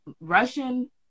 russian